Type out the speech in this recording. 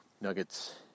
nuggets